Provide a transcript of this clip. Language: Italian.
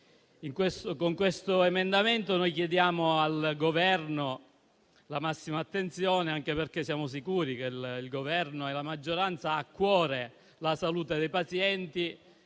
Con il nostro emendamento noi chiediamo al Governo la massima attenzione, anche perché siamo sicuri che il Governo e la maggioranza abbiano a cuore la salute dei pazienti